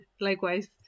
Likewise